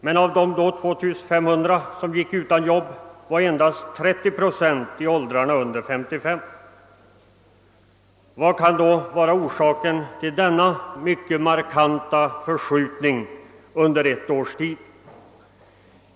Men av de 2500 som då gick utan jobb var endast drygt 30 procent i åldrarna över 55 år. Vad kan orsaken vara till den mycket markanta förskjutningen av åldersgrupperna under ett års tid?